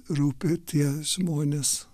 rūpi tie žmonės